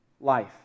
life